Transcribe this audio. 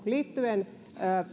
liittyen